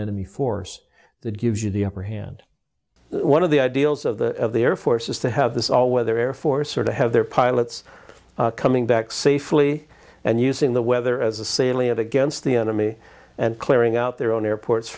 enemy force that gives you the upper hand one of the ideals of the air force is to have this all weather air force or to have their pilots coming back safely and using the weather as a salient against the enemy and clearing out their own airports